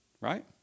Right